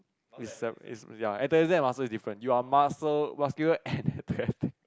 is ah is ya muscle is different you are muscle muscular and atheletic